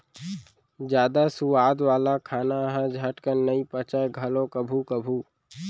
जादा सुवाद वाला खाना ह झटकन नइ पचय घलौ कभू कभू